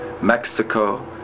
Mexico